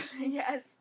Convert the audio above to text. Yes